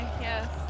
yes